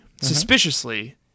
suspiciously